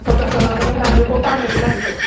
ପଚାଶ ହଜାର ଦେଲେ ସେଟା କୋଉ କାମରେ ବି ଲାଗିବ